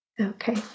Okay